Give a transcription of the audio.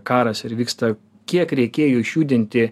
karas ir vyksta kiek reikėjo išjudinti